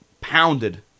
pounded